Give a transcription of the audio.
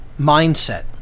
mindset